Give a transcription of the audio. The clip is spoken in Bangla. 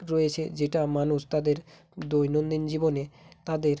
রয়েছে যেটা মানুষ তাদের দৈনন্দিন জীবনে তাদের